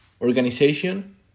organization